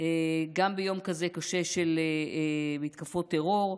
גם ביום כזה קשה של מתקפות טרור,